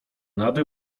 nade